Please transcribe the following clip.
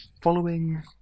Following